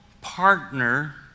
partner